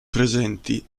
presenti